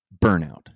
burnout